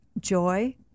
joy